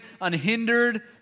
unhindered